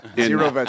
Zero